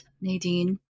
Nadine